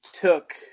took